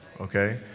Okay